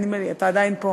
אתה עדיין פה.